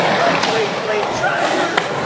my sweet, sweet treasure!